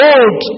Old